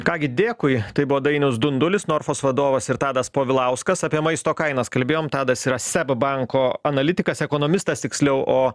ką gi dėkui tai buvo dainius dundulis norfos vadovas ir tadas povilauskas apie maisto kainas kalbėjom tadas yra seb banko analitikas ekonomistas tiksliau o